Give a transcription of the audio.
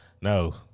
no